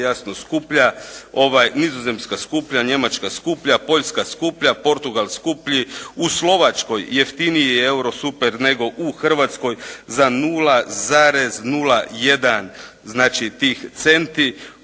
jasno skuplja. Nizozemska skuplja, Njemačka skuplja, Poljska skuplja, Portugal skuplji, u Slovačkoj je jeftiniji je eurosuper nego u Hrvatskoj za 0,01 znači tih centi.